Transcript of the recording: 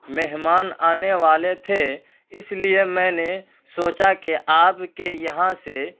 مہمان آنے والے تھے اس لیے میں نے سوچا کہ آپ کے یہاں سے